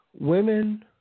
Women